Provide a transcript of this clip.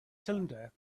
cylinder